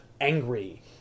angry